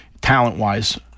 talent-wise